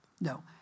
No